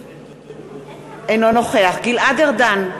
אינו נוכח גלעד ארדן,